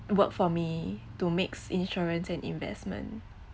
work for me to mix insurance and investment